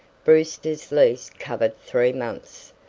brewster's lease covered three months,